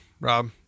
Rob